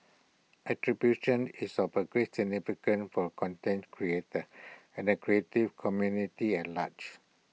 attribution is of A great significant for A content creator and the creative community at large